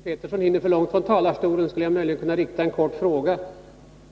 Nr 49 Herr talman! Innan Esse Petersson hinner för långt ifrån talarstolen skulle Torsdagen den jag möjligen kunna rikta en kort fråga till honom.